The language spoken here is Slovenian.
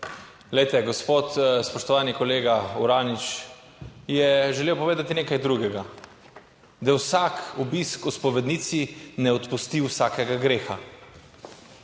glejte, gospod spoštovani kolega Uranič je želel povedati nekaj drugega, da vsak obisk v spovednici ne odpusti vsakega greha.